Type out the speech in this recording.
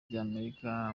ry’amerika